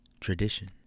tradition